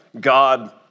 God